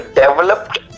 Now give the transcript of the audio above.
developed